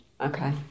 Okay